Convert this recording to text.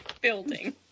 Building